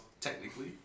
Technically